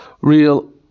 Real